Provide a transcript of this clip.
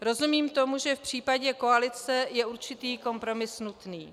Rozumím tomu, že v případě koalice je určitý kompromis nutný.